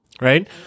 right